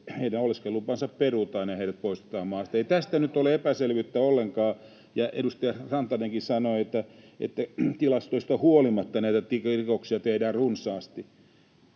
että heidän oleskelulupansa perutaan ja heidät poistetaan maasta. Ei tästä nyt ole epäselvyyttä ollenkaan. Edustaja Rantanen sanoi, että tilastoista huolimatta näitä rikoksia tehdään runsaasti.